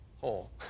hole